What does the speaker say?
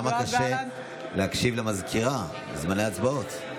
למה קשה להקשיב לסגנית המזכיר בזמני ההצבעות?